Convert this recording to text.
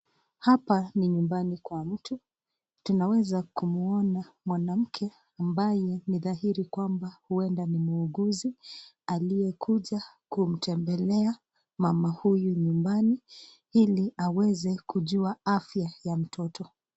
Hapa ni nyumbani kwa mtu tunaweza kumuona mwanamke ambaye ni dhahiri kwamba huenda ni muuguzi aliyekuja kumtembelea mama huyu nyumbani ili aweze kujua afya ya mtoto.